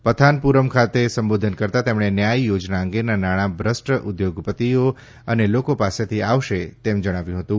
પથાનપુરમ ખાતે સંબોધન કરતાં તેમણે ન્યાય યોજના અંગેના નાણાં ભ્રષ્ટ ઉદ્યોગપતિઓ અને લોકો પાસેથી આવશે તેમ જણાવ્યું હતું